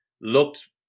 Looked